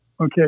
okay